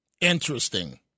Interesting